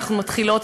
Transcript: אנחנו מתחילות,